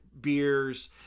beers